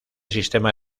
sistema